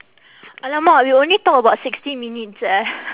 !alamak! we only talk about sixteen minutes eh